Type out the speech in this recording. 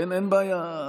אין בעיה.